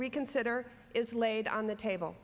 reconsider is laid on the table